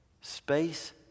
Space